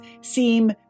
seem